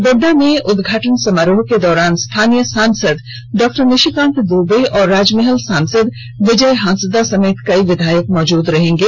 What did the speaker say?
गोड्डा में उदघाटन समारोह के दौरान स्थानीय सांसद डॉ निशिकांत दुबे और राजमहल सांसद विजय हांसदा समेत कई विधायक मौजूद रहेंगे